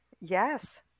Yes